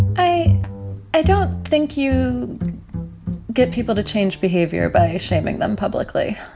i i don't think you get people to change behavior by shaming them publicly,